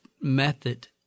method